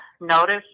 notice